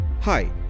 Hi